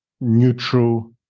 Neutral